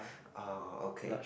uh okay